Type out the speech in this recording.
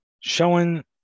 showing